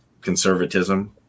conservatism